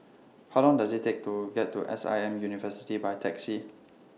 How Long Does IT Take to get to S I M University By Taxi